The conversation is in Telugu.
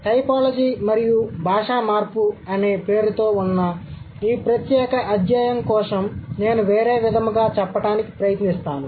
టైపోలాజీ మరియు భాష మార్పు అనే పేరుతో ఉన్న ఈ ప్రత్యేక అధ్యాయం కోసం నేను వేరే విధముగా చెప్పటానికి ప్రయత్నిస్తాను